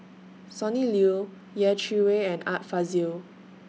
Sonny Liew Yeh Chi Wei and Art Fazil